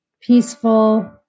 peaceful